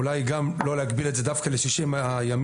אולי גם לא להגביל את זה דווקא ל-60 הימים